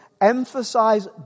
emphasize